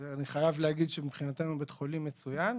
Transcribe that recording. אני חייב להגיד שמבחינתנו זה בית חולים מצוין,